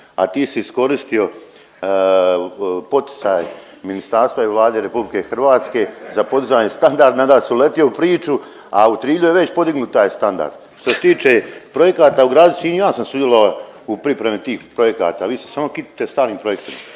a ti si iskoristio poticaj ministarstva i Vlade Republike Hrvatske za podizanje standarda. …/Govornik se ne razumije./… uletio u priču, a u Trilju je već podignut taj standard. Što se tiče projekata u gradu Sinju ja sam sudjelovao u pripremi tih projekata, vi se samo kitite starim projektima,